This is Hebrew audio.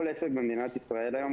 כל עסק במדינת ישראל היום,